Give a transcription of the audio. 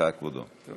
סליחה, אדוני.